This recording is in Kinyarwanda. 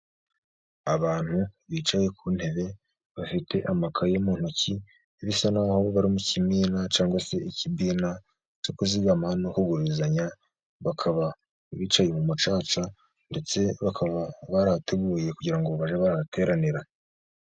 Abantu bicaye ku ntebe, bafite amakaye mu ntoki, bisa n'aho bari mu kimina cyangwa se ikimina cyo kuzigama no kugurizanya, bakaba bicaye mu mucaca, ndetse bakaba barahateguye kugira ngo bajye barateranira.